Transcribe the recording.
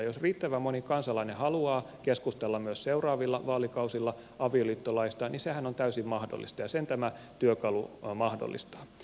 jos riittävän moni kansalainen haluaa keskustella myös seuraavilla vaalikausilla avioliittolaista niin sehän on täysin mahdollista ja sen tämä työkalu mahdollistaa